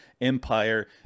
empire